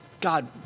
God